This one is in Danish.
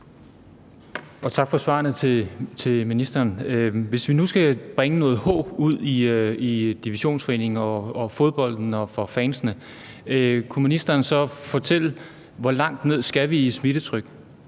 for svarene. Hvis vi nu skulle bringe noget håb ud i Divisionsforeningen for fodbolden og for fansene, kunne ministeren så fortælle, hvor langt ned vi skal i smittetryk,